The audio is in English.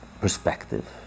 perspective